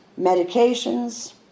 medications